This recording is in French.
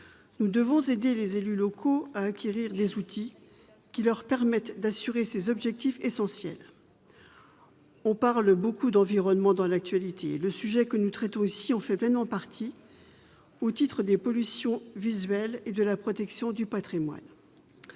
Nous devons aider les élus locaux à acquérir des outils qui leur permettent d'assurer ces objectifs essentiels. On parle beaucoup d'environnement dans l'actualité, et le sujet que nous traitons ici en fait pleinement partie, au titre de la pollution visuelle et de la protection du patrimoine.